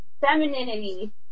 femininity